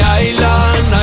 island